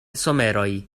someroj